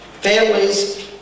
families